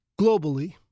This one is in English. globally